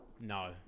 no